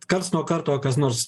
karts nuo karto kas nors